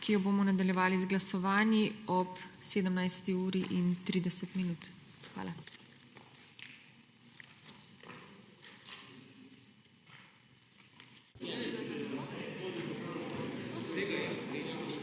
ki jo bomo nadaljevali z glasovanji ob 17. uri